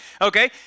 Okay